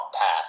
path